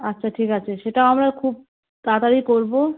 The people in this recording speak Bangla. আচ্ছা ঠিক আছে সেটাও আমরা খুব তাড়াতাড়িই করবো